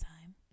time